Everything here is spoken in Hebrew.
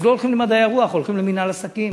אז לא הולכים למדעי הרוח, הולכים למינהל עסקים.